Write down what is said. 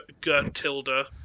Gertilda